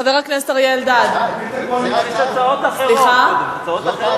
חבר הכנסת אריה אלדד, הצעות אחרות.